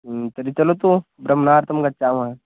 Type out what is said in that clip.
तर्हि चलतु भ्रमणार्थं गच्छामः